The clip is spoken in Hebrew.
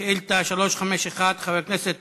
שאילתה 351, חבר הכנסת